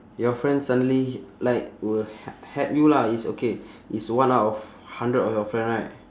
your friend suddenly like will h~ help you lah it's okay it's one out of hundred of your friend right